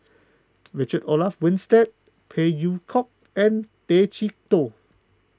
Richard Olaf Winstedt Phey Yew Kok and Tay Chee Toh